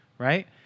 right